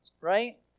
right